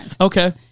Okay